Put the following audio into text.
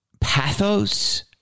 pathos